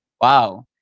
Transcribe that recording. Wow